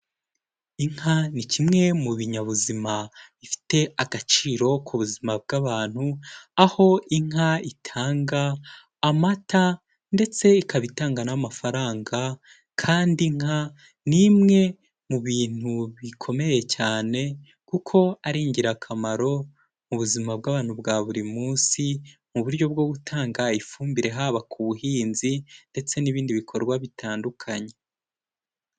Inka ni kimwe mu binyabuzima bifite agaciro ku buzima bw'abantu, aho inka itanga amata, ndetse ikaba itanga n'amafaranga, kandi inka ni imwe mu bintu bikomeye cyane kuko ari ingirakamaro mu buzima bw'abantu bwa buri munsi mu buryo bwo gutanga ifumbire, haba ku buhinzi ndetse n'ibindi bikorwa bitandukanye.